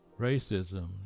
racism